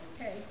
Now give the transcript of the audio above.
okay